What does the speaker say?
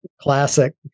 classic